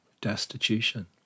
destitution